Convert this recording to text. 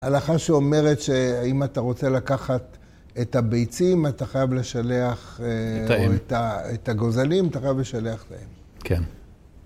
הלכה שאומרת שאם אתה רוצה לקחת את הביצים, אתה חייב לשלח את האם את הגוזלים, אתה חייב לשלח להם. כן.